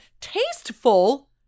tasteful